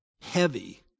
heavy